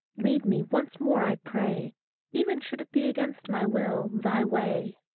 lead me once more i pray even should it be against my will, thy way.